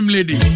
Lady